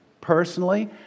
personally